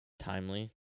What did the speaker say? Timely